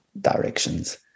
directions